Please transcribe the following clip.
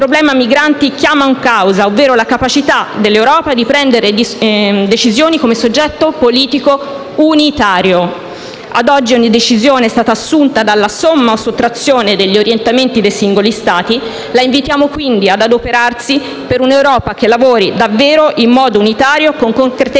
il problema migranti chiama in causa, ovvero la capacità dell'Europa di prendere decisioni come soggetto politico unitario. Ad oggi ogni decisione è stata assunta dalla somma o sottrazione degli orientamenti dei singoli Stati. La invitiamo, quindi, ad adoperarsi per un'Europa che lavori davvero in modo unitario con concretezza